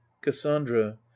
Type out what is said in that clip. cassandra